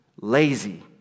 Lazy